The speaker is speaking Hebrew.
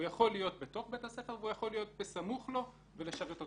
הוא יכול להיות בתוך בית הספר והוא יכול להיות בסמוך לו ולשרת אותו.